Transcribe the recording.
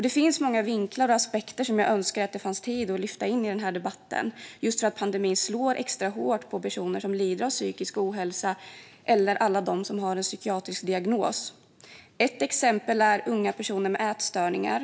Det finns så många vinklar och aspekter som jag önskar att det fanns tid att lyfta in i den här debatten, just för att pandemin slår extra hårt mot personer som lider av psykisk ohälsa och alla som har en psykiatrisk diagnos. Ett exempel är unga personer med ätstörningar.